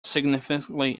significantly